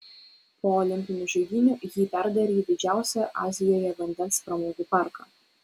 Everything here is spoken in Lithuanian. po olimpinių žaidynių jį perdarė į didžiausią azijoje vandens pramogų parką